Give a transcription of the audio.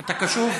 אתה קשוב?